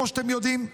כמו שאתם יודעים,